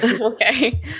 okay